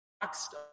boxed